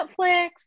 Netflix